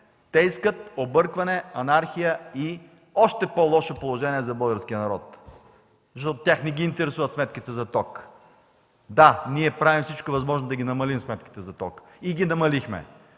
те искат объркване, анархия и още по-лошо положение за българския народ. Тях не ги интересуват сметките за ток. Да, ние правим всичко възможно да намалим сметките за ток и ги намалихме.